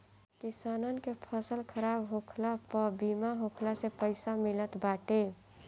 किसानन के फसल खराब होखला पअ बीमा होखला से पईसा मिलत बाटे